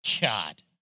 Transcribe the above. God